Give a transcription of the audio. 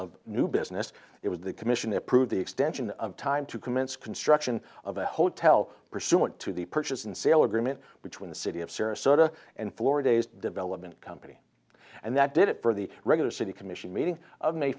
of new business it was the commission approved the extension of time to commence construction of a hotel pursuant to the purchase and sale agreement between the city of sarasota and flora day's development company and that did it for the regular city commission meeting of may